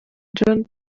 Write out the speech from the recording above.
john